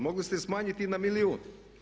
Mogli ste smanjiti i na milijun.